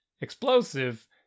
explosive